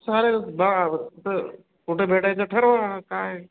sir बा कुठं कुठं भेटायचं ठरवा मग काय